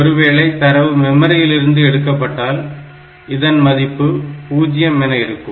ஒருவேளை தரவு மெமரியிலிருந்து எடுக்கப்பட்டால் இதன் மதிப்பு 0 Pin 0 என இருக்கும்